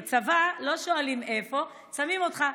בצבא לא שואלים איפה, שמים אותך.